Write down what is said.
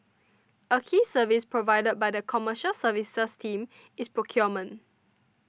a key service provided by the Commercial Services team is procurement